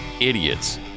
idiots